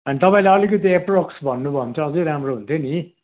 अनि तपाईँले अलिकति एप्रोक्स भन्नु भयो भने चाहिँ अझै राम्रो हुन्थ्यो नि